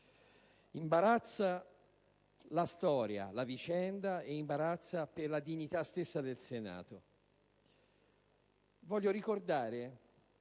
imbarazzo per la storia, la vicenda e imbarazzo per la dignità stessa del Senato. Voglio ricordare